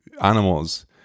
animals